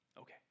Okay